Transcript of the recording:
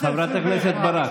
חברת הכנסת ברק.